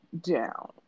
down